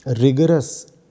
rigorous